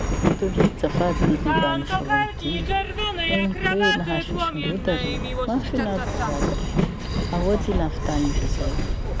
Tohizo zafady ty debat noforogny: henoko hoe nahazo fisondrota riha. Mahafinaritsy vatae! Ahoa ty nahavitan'iha izay?